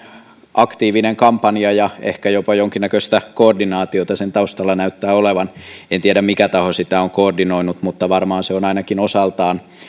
aktiivinen kampanja ja ehkä jopa jonkin näköistä koordinaatiota sen taustalla näyttää olevan en tiedä mikä taho sitä on koordinoinut mutta varmaan se on ainakin osaltaan